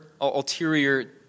ulterior